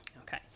Okay